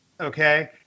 okay